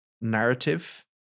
narrative